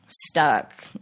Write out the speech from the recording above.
stuck